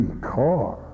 car